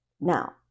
Now